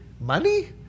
Money